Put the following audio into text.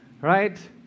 Right